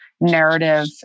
narrative